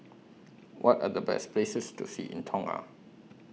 What Are The Best Places to See in Tonga